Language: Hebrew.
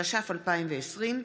התש"ף 2020,